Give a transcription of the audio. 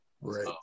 Right